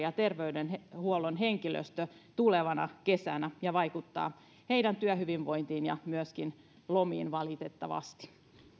ja terveydenhuollon henkilöstö tulevana kesänä ja se vaikuttaa heidän työhyvinvointiinsa ja myöskin lomiinsa valitettavasti